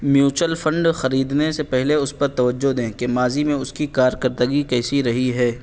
mutual fund خریدنے سے پہلے اس پر توجہ دیں کہ ماضی میں اس کی کارکردگی کیسی رہی ہے